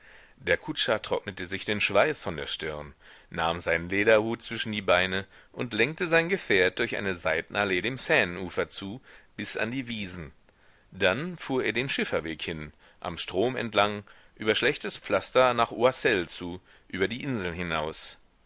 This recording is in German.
der kutscher trocknete sich den schweiß von der stirn nahm seinen lederhut zwischen die beine und lenkte sein gefährt durch eine seitenallee dem seine ufer zu bis an die wiesen dann fuhr er den schifferweg hin am strom entlang über schlechtes pflaster nach oyssel zu über die inseln hinaus